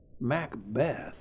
Macbeth